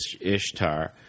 Ishtar